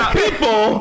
people